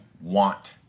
want